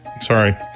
Sorry